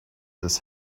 this